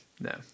No